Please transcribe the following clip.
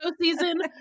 season